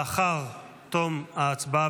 לאחר תום ההצבעה,